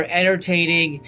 entertaining